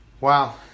wow